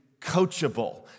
coachable